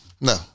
No